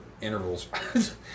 intervals